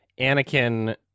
Anakin